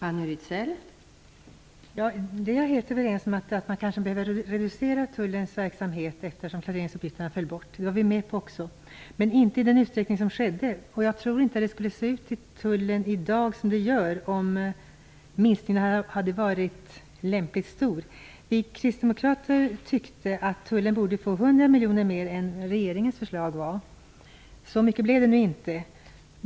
Fru talman! Jag är helt överens om att man kanske behöver reducera tullens verksamhet, eftersom en del av uppgifterna föll bort - det var vi med på - men inte i den utsträckning som skedde. Jag tror inte att det skulle se ut i tullen i dag som det gör om minskningen hade varit lämpligt stor. Vi kristdemokrater tyckte att tullen borde få 100 miljoner mer än regeringens förslag gav. Så mycket blev det nu inte.